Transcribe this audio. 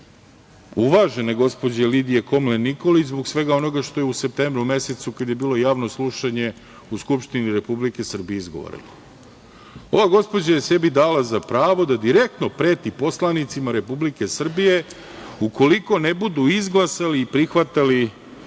uvažene gospođe Lidije Komlen Nikolić, zbog svega onoga što je u septembru mesecu kada je bilo javno slušanje, u Skupštini Republike Srbije izgovorila. Ova gospođa je dala sebi za pravo da direktno preti poslanicima Republike Srbije, ukoliko ne budu izglasali i prihvatali